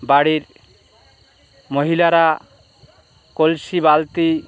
বাড়ির মহিলারা কলসি বালতি